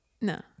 No